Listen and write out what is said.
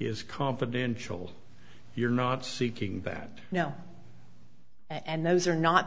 is confidential you're not seeking that now and those are not the